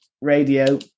radio